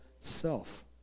self